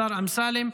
השר אמסלם,